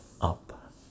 up